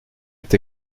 est